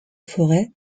forêts